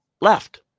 left